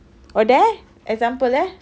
oh there example eh